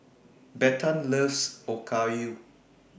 Bethann loves Okayu